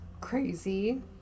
crazy